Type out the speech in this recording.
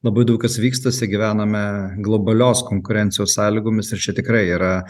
labai daug kas vykstasi gyvename globalios konkurencijos sąlygomis ir čia tikrai yra